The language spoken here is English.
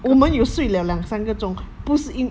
我们有睡了两三个钟不是